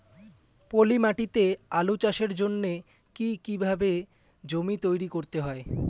পলি মাটি তে আলু চাষের জন্যে কি কিভাবে জমি তৈরি করতে হয়?